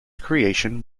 creation